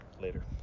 later